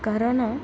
କାରଣ